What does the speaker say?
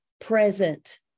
present